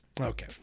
okay